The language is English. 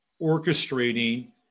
orchestrating